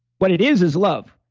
what it is, is love.